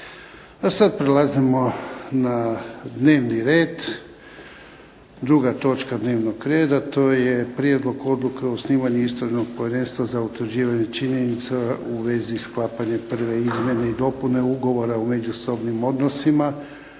A sad prelazimo na dnevni red, 2. točka dnevnog reda, to je –- Prijedlog odluke o osnivanju Istražnog povjerenstva za utvrđivanje činjenica u vezi sklapanja prve izmjene i dopune ugovora o međusobnim odnosima